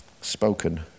spoken